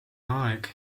aeg